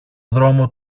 δρόμο